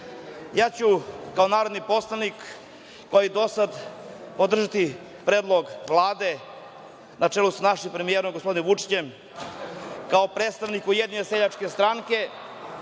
Niš. Kao narodni poslanik kao i do sada podržaću predlog Vlade na čelu sa našim premijerom gospodinom Vučićem, kao predstavnik Ujedinjene seljačke stranke,